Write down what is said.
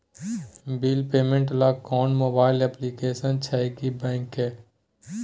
Bill payment ल कोनो mobile application छै की बैंक के?